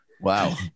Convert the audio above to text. Wow